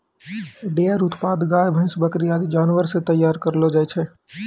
dairy उत्पाद गाय, भैंस, बकरी आदि जानवर सें तैयार करलो जाय छै